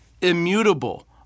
immutable